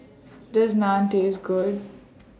Does Naan Taste Good